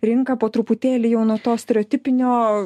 rinka po truputėlį jau nuo to stereotipinio